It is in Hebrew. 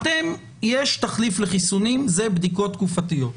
יש תחליף לחיסונים וזה בדיקות תקופתיות.